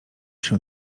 się